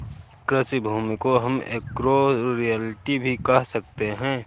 कृषि भूमि को हम एग्रो रियल्टी भी कह सकते है